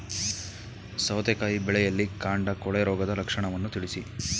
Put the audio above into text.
ಸೌತೆಕಾಯಿ ಬೆಳೆಯಲ್ಲಿ ಕಾಂಡ ಕೊಳೆ ರೋಗದ ಲಕ್ಷಣವನ್ನು ತಿಳಿಸಿ?